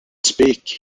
speak